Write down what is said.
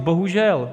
Bohužel.